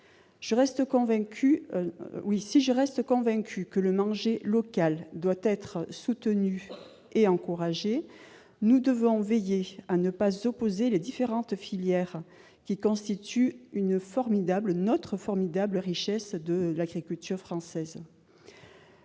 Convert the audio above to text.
Si je reste convaincue que le « manger local » doit être soutenu et encouragé, nous devons veiller à ne pas opposer les différentes filières. Elles constituent la formidable richesse de l'agriculture française